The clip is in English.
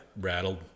rattled